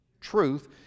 truth